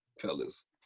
fellas